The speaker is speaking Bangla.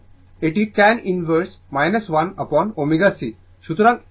এবং এটি tan ইনভার্স 1 অ্যাপন ω c